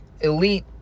elite